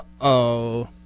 Uh-oh